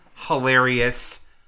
Hilarious